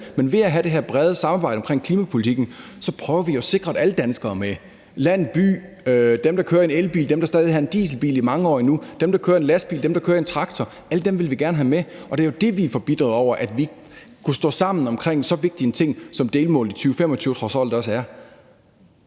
Men ved at have det her brede samarbejde omkring klimapolitikken prøver vi at sikre, at alle danskere er med: land, by, dem, der kører i en elbil, dem, der stadig vil have en dieselbil i mange år endnu, dem, der kører i en lastbil, dem, der kører i en traktor; alle dem vil vi gerne have med. Det er jo det, vi er forbitrede over, altså at vi ikke kunne stå sammen om så vigtig en ting, som et delmål i 2025 trods alt også er.